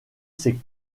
ses